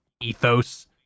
ethos